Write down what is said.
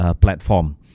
platform